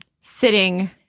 sitting